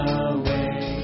away